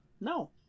No